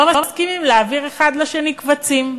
לא מסכימים להעביר קבצים ביניהם.